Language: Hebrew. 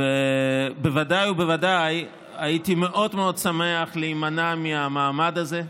בוודאי ובוודאי הייתי מאוד שמח להימנע מהמעמד הזה.